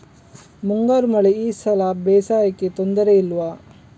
ಮುಂಗಾರು ಮಳೆ ಈ ಸಲ ಬೇಸಾಯಕ್ಕೆ ತೊಂದರೆ ಇಲ್ವ?